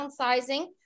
downsizing